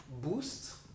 boost